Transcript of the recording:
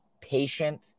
patient